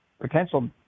potential